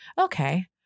okay